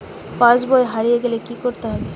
পাশবই হারিয়ে গেলে কি করতে হবে?